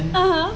a'ah